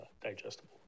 digestible